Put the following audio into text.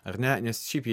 ar ne nes šiaip